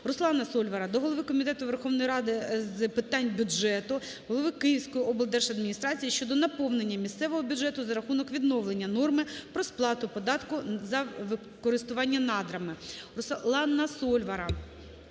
Руслана Сольвара до голови Комітету Верховної Ради з питань бюджету, голови Київської облдержадміністрації щодо наповнення місцевого бюджету за рахунок відновлення норми про сплату податку за користування надрами.